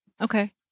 Okay